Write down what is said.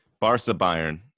Barca-Bayern